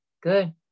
good